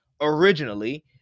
originally